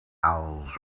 owls